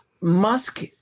Musk